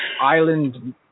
island